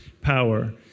power